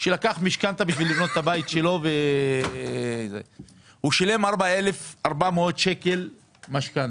שלקח משכנתה בשביל לבנות את הבית שלו והוא שילם 4,400 שקלים משכנתה.